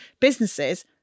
businesses